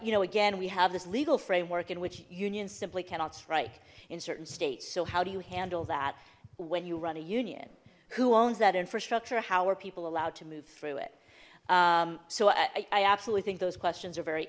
you know again we have this legal framework in which unions simply cannot strike in certain states so how do you handle that when you run a union who owns that infrastructure how are people allowed to move through it so i absolutely think those questions are very